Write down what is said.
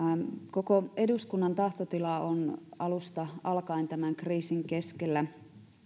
koko eduskunnan tahtotila on alusta alkaen tämän kriisin keskellä